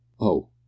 Oh